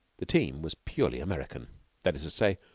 the team was purely american that is to say,